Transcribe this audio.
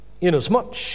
inasmuch